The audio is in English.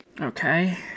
Okay